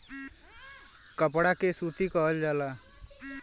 कपड़ा के सूती कहल जाला